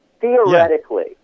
theoretically